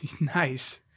Nice